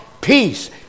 peace